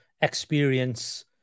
experience